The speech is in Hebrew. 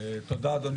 תודה, אדוני